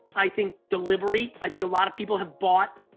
i think, delivery. i think a lot of people have bought